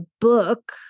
book